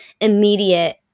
immediate